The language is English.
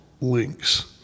links